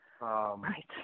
Right